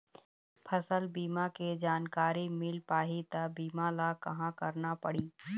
फसल बीमा के जानकारी मिल पाही ता बीमा ला कहां करना पढ़ी?